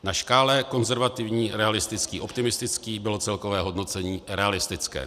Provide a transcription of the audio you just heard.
Na škále konzervativní realistický optimistický bylo celkové hodnocení realistické.